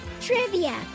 Trivia